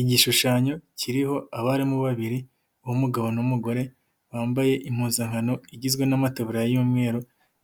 Igishushanyo kiriho abarimu babiri b'umugabo n'umugore bambaye impuzankano igizwe n'amataburiya y'umweru,